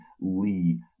Lee